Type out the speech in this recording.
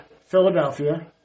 Philadelphia